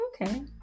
Okay